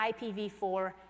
IPv4